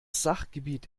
sachgebiet